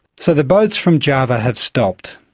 so the boats from java have stopped.